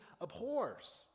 abhors